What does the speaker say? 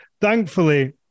thankfully